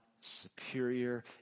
superior